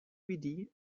dvd